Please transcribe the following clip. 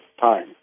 time